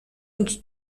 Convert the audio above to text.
und